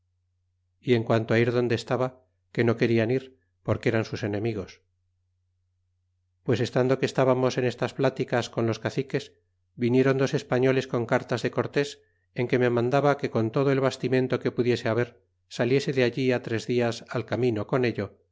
y en quanto á ir adonde estaba que no querian ir porque eran sus enemigos pues estando que estábamos en estas pláticas con los caciques vinieron dos españoles con cartas de cortes en que me mandaba que con todo el bastimento que pudiese haber saliese de allí tres dias al camino con ello